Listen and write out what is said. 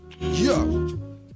Yo